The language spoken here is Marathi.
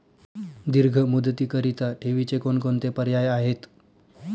दीर्घ मुदतीकरीता ठेवीचे कोणकोणते पर्याय आहेत?